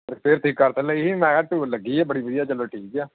ਫਿਰ ਤੁਸੀਂ ਕਰ ਤਾ ਲਈ ਸੀ ਮੈਂ ਕਿਹਾ ਧੂੜ ਲੱਗੀ ਆ ਬੜੀ ਵਧੀਆ ਚਲੋ ਠੀਕ ਹੈ